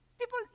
People